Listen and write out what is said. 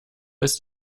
ist